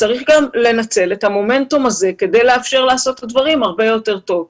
צריך גם לנצל את המומנטום הזה כדי לאפשר לעשות את הדברים הרבה יותר טוב.